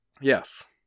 Yes